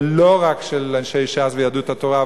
ולא רק של אנשי ש"ס ויהדות התורה,